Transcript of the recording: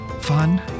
Fun